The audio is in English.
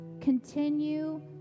continue